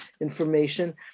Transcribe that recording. information